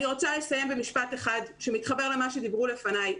אני רוצה לסיים במשפט אחד שמתחבר למה שדיברו לפניי,